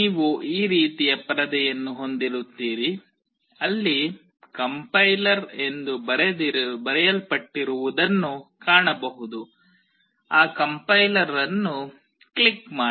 ನೀವು ಈ ರೀತಿಯ ಪರದೆಯನ್ನು ಹೊಂದಿರುತ್ತೀರಿ ಅಲ್ಲಿ ಕಂಪೈಲರ್ ಎಂದು ಬರೆಯಲ್ಪಟ್ಟಿರುವುದನ್ನು ಕಾಣಬಹುದು ಆ ಕಂಪ್ಲೈಯರ್ ಅನ್ನು ಕ್ಲಿಕ್ ಮಾಡಿ